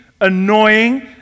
annoying